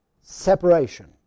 separation